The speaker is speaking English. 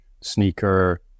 sneaker